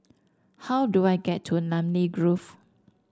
how do I get to Namly Grove